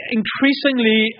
increasingly